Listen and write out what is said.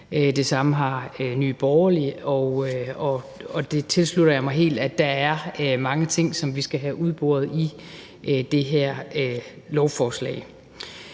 Det samme har Nye Borgerlige, og det tilslutter jeg mig helt, altså at der er mange ting, som vi skal have udboret i det her lovforslag.